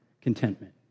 contentment